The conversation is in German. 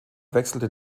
wechselte